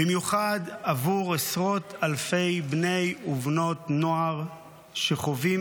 במיוחד עבור עשרות אלפי בני ובנות נוער שחווים